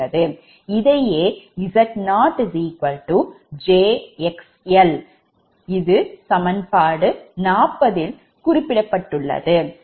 இதையே Z0 jXl சமன்பாடு 40 ல் குறிப்பிட்டுள்ளோம்